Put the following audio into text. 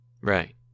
right